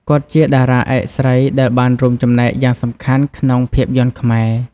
គាត់ជាតារាឯកស្រីដែលបានរួមចំណែកយ៉ាងសំខាន់ក្នុងភាពយន្តខ្មែរ។